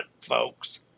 folks